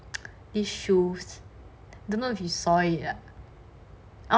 this shoes don't know if you saw it ah